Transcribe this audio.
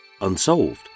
unsolved